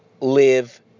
live